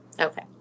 Okay